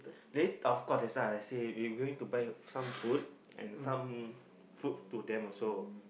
very tough call that's why I said we going to buy some food and some food to them also